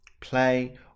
play